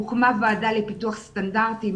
הוקמה ועדה לפיתוח סטנדרטים,